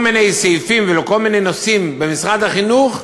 מיני סעיפים ולכל מיני נושאים במשרד החינוך,